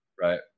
Right